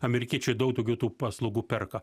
amerikiečiai daug daugiau tų paslaugų perka